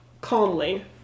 calmly